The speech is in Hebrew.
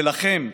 ולכם,